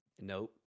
Nope